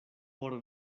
por